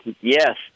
Yes